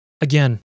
Again